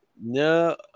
No